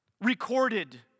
recorded